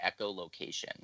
echolocation